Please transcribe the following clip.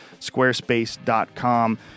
Squarespace.com